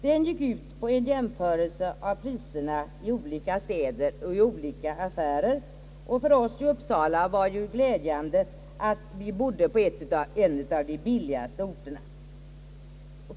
Den gick ut på en jämförelse av priserna i olika städer och i olika affärer, och för oss i Uppsala var det ju glädjande att vi bodde på en av de billigaste orterna.